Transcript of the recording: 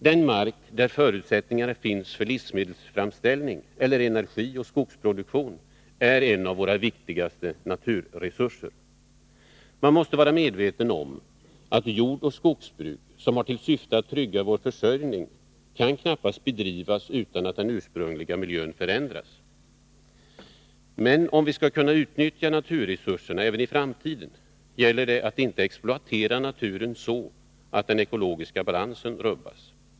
Den mark som har förutsättningar för livsmedelsframställning eller energioch skogsproduktion är en av våra viktigaste naturresurser. Man måste vara medveten om att jordoch skogsbruk, som har till syfte att trygga vår försörjning, knappast kan bedrivas utan att den ursprungliga miljön förändras. Men om vi skall kunna utnyttja naturresurserna även i framtiden gäller det att inte exploatera naturen så, att den ekologiska balansen rubbas.